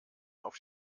auf